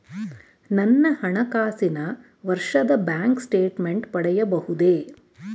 ನನ್ನ ಹಣಕಾಸಿನ ವರ್ಷದ ಬ್ಯಾಂಕ್ ಸ್ಟೇಟ್ಮೆಂಟ್ ಪಡೆಯಬಹುದೇ?